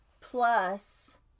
plus